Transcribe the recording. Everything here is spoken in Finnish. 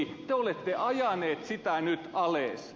te olette ajaneet sitä nyt alas